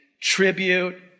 tribute